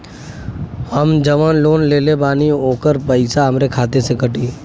हम जवन लोन लेले बानी होकर पैसा हमरे खाते से कटी?